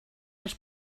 els